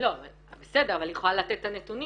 לא, בסדר, אבל היא יכולה לתת את הנתונים.